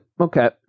Okay